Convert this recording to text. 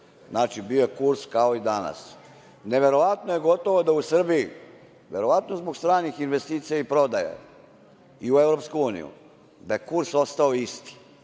Znači, bio je kurs kao i danas. Neverovatno je da je u Srbiji, verovatno zbog stranih investicija i prodaje i EU, kurs ostao isti,